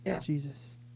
Jesus